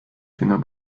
finger